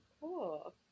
cool